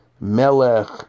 Melech